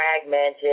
fragmented